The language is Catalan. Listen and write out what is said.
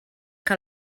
que